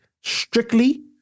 strictly